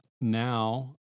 now